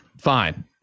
fine